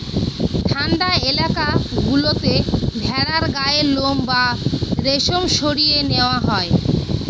ঠান্ডা এলাকা গুলোতে ভেড়ার গায়ের লোম বা রেশম সরিয়ে নেওয়া হয়